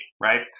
Right